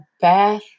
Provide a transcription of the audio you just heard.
bath